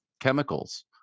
chemicals